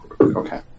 Okay